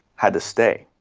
had to stay.